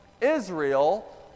Israel